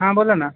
हां बोला ना